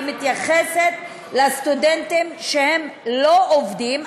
מתייחסת לסטודנטים שלא עובדים,